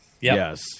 Yes